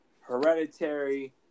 hereditary